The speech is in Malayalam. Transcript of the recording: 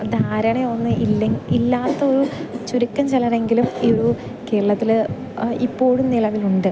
ധാരണയൊന്ന് ഇല്ലാത്തൊരു ചുരുക്കം ചിലർ എങ്കിലും ഈ ഒരു കേരളത്തിൽ ഇപ്പോഴും നിലവിലുണ്ട്